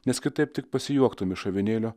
nes kitaip tik pasijuoktum iš avinėlio